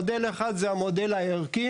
מודל אחד זה המודל הערכי